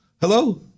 Hello